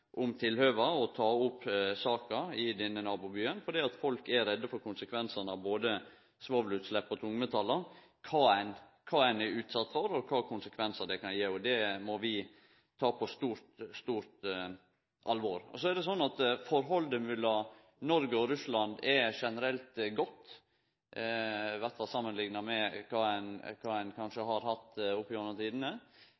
om tilhøva og ta opp saka i denne nabobyen, for folk er redde for konsekvensane av både svovelutslepp og tungmetall, kva ein er utsett for og kva konsekvensar det kan gje. Det må vi ta på stort, stort alvor. Forholdet mellom Noreg og Russland er generelt godt, iallfall samanlikna med kva ein kanskje har hatt opp igjennom tidene. Det gjev eit godt utgangspunkt for ein